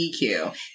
EQ